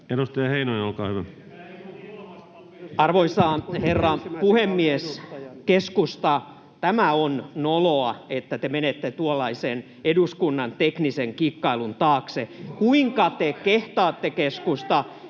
12:16 Content: Arvoisa herra puhemies! Keskusta, tämä on noloa, että te menette tuollaisen eduskunnan teknisen kikkailun taakse. [Välihuutoja keskustan